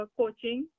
coaching